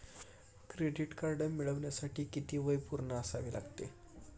Credit card मिळवण्यासाठी किती वय पूर्ण असावे लागते?